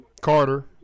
Carter